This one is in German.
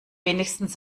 wenigstens